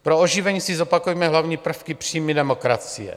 Pro oživení si zopakujme hlavní prvky přímé demokracie.